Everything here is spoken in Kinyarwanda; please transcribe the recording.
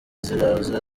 ziraza